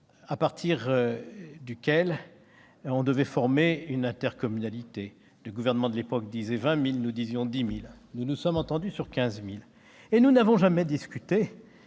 pour la création d'une intercommunalité. Le gouvernement de l'époque disait 20 000 ; nous disions 10 000 ; nous nous sommes entendus sur 15 000. Mais nous n'avons jamais discuté